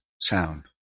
sound